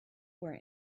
where